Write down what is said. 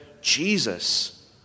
Jesus